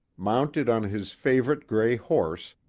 mounted on his favorite gray horse,